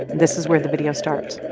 this is where the video starts